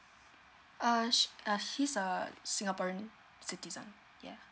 uh sh~ uh he's a singaporean citizen yeah